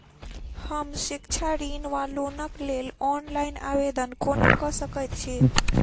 हम शिक्षा ऋण वा लोनक लेल ऑनलाइन आवेदन कोना कऽ सकैत छी?